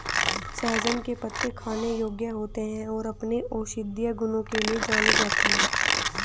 सहजन के पत्ते खाने योग्य होते हैं और अपने औषधीय गुणों के लिए जाने जाते हैं